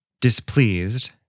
displeased